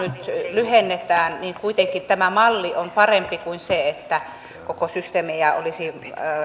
lyhennetään kuitenkin tämä malli on parempi kuin se että koko systeemiä olisi